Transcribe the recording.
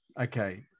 Okay